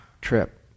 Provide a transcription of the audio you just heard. trip